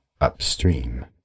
upstream